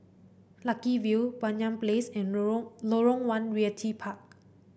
Lucky View Banyan Place and Lorong Lorong One Realty Park